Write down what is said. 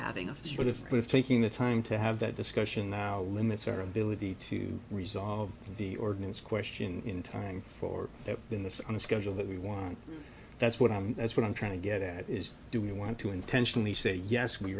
way of taking the time to have that discussion now limits our ability to resolve the ordinance question in time for that in this on a schedule that we want that's what i'm that's what i'm trying to get at is do we want to intentionally say yes we